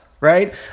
right